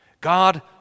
God